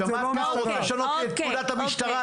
--- את פקודת המשטרה,